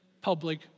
public